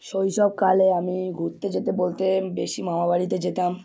শৈশবকালে আমি ঘুরতে যেতে বলতে বেশি মামাবাড়িতে যেতাম